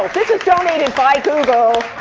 this is donated by google.